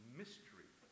mystery